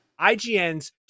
IGN's